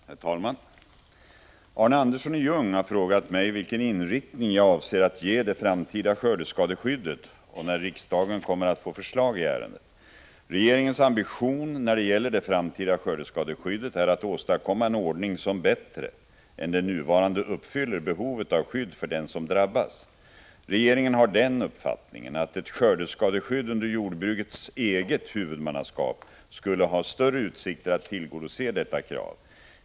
Herr talman! Arne Andersson i Ljung har frågat mig vilken inriktning jag avser att ge det framtida skördeskadeskyddet och när riksdagen kommer att få förslag i ärendet. Regeringens ambition när det gäller det framtida skördeskadeskyddet är att åstadkomma en ordning som bättre än den nuvarande uppfyller behovet av skydd för den som drabbas. Regeringen har den uppfattningen att ett skördeskadeskydd under jordbrukets eget huvudmannaskap skulle ha större utsikter att tillgodose detta krav.